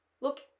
look